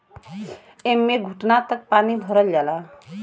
एम्मे घुटना तक पानी भरल जाला